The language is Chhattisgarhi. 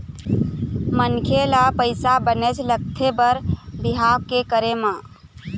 मनखे ल पइसा बनेच लगथे बर बिहाव के करे म